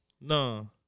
No